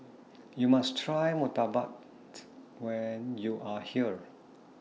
YOU must Try Murtabak when YOU Are here